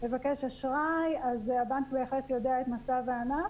לבקש אשראי, הבנק בהחלט יודע את מצב הענף,